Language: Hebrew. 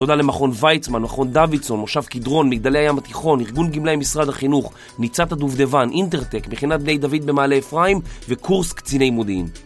תודה למכון ויצמן, מכון דווידזון, מושב קדרון, מגדלי הים התיכון, ארגון גמלאי משרד החינוך, ניצת הדובדבן, אינטרטק, מכינת בני דוד במעלה אפרים וקורס קציני מודיעין